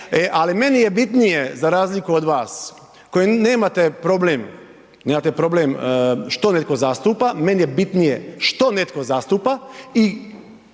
Ali meni je bitnije za razliku od vas koji nemate problem, nemate problem što neko zastupa, meni je bitnije što netko zastupa